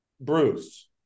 Bruce